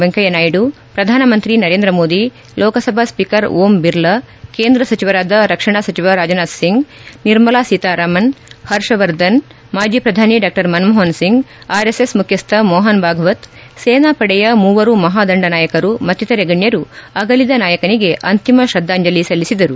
ವೆಂಕಯ್ಯನಾಯ್ದು ಪ್ರಧಾನಮಂತ್ರಿ ನರೇಂದ್ರ ಮೋದಿ ಲೋಕಸಭಾ ಸ್ಪೀಕರ್ ಓಂ ಬಿರ್ಲಾ ಕೇಂದ್ರ ಸಚಿವರಾದ ರಕ್ಷಣಾ ಸಚಿವ ರಾಜನಾಥ್ ಸಿಂಗ್ ನಿರ್ಮಲಾ ಸೀತಾರಾಮನ್ ಹರ್ಷವರ್ಧನ್ ಮಾಜಿ ಪ್ರಧಾನಿ ಡಾ ಮನಮೋಹನ್ ಸಿಂಗ್ ಆರ್ಎಸ್ಎಸ್ ಮುಖ್ಯಸ್ಥ ಮೋಹನ್ ಭಾಗವತ್ ಸೇನಾಪಡೆಯ ಮೂವರು ಮಹಾದಂದ ನಾಯಕರು ಮತ್ತಿತರೆ ಗಣ್ಯರು ಅಗಲಿದ ನಾಯಕನಿಗೆ ಅಂತಿಮ ಶ್ರದ್ಧಾಂಜಲಿ ಸಲ್ಲಿಸಿದರು